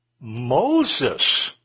Moses